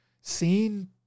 seen